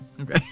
Okay